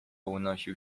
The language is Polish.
unosił